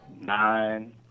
Nine